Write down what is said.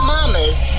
Mama's